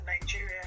Nigeria